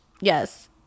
yes